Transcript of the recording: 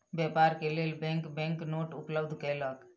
व्यापार के लेल बैंक बैंक नोट उपलब्ध कयलक